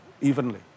evenly